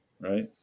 right